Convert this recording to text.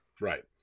Right